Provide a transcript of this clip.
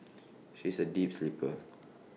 she is A deep sleeper